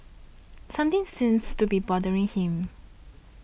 something seems to be bothering him